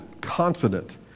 confident